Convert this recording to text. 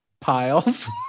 piles